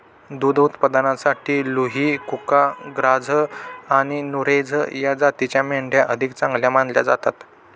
दुध उत्पादनासाठी लुही, कुका, ग्राझ आणि नुरेझ या जातींच्या मेंढ्या अधिक चांगल्या मानल्या जातात